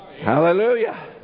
Hallelujah